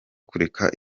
kureka